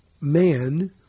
man